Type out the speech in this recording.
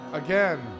again